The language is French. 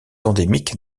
endémique